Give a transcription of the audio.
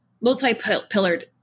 multi-pillared